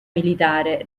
militare